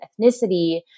ethnicity